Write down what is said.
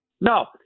No